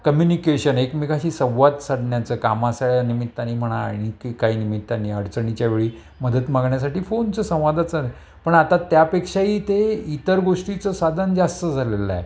communication एकमेकाशी संवाद साधण्याचं कामाच्या निमित्तानी म्हणा आणखी काही निमित्तांनी अडचणीच्या वेळी मदत मागण्यासाठी फोनचं संवादचं आहे पण आता त्यापेक्षाही ते इतर गोष्टीचं साधन जास्त झालेलं आहे